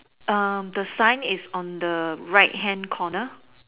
the sign is on the right hand corner